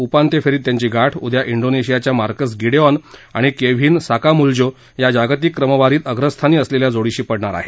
उपांत्य फेरीत त्यांची गाठ उद्या डीनेशियाच्या मार्कस गिडेऑन आणि केव्हीन साकामुल्जो या जागतिक क्रमवारीत अग्रस्थानी असलेल्या जोडीशी पडणार आहे